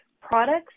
products